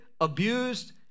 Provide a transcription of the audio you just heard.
abused